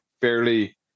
fairly